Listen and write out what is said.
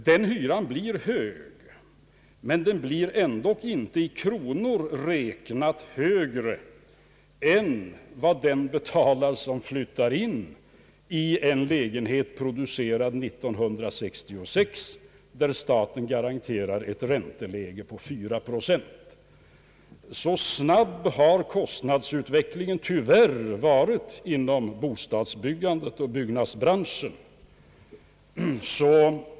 Den hyran blir hög, men den blir ändå inte högre i kronor än vad den betalar som flyttar in i en lägenhet, producerad 1966, för vilken staten garanterar ett ränteläge på 4 procent. Så snabb har kostnadsutvecklingen tyvärr varit inom byggnadsbranschen.